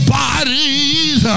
bodies